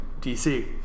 DC